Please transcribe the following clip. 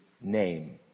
name